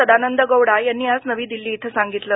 सदानंद गौडा यांनी आज नवी दिल्ली इथं सांगितलं